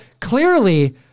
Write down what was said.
clearly